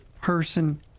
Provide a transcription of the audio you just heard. person